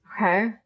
Okay